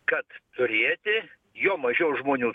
kad turėti juo mažiau žmonių